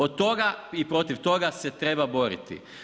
Od toga i protiv toga se treba boriti.